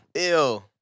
Ew